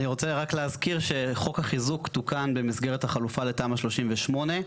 אני רוצה רק להזכיר שחוק החיזוק תוקן במסגרת החלופה לתמ"א 38,